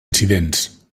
incidents